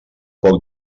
poc